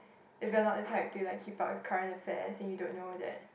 if you are not the type do you like Hip Hop is current a fair is you don't know that